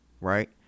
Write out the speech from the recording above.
right